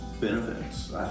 benefits